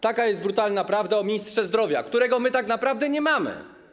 Taka jest brutalna prawda o ministrze zdrowia, którego my tak naprawdę nie mamy.